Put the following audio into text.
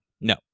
No